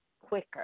quicker